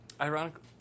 ironically